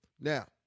Now